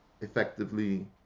effectively